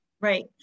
Right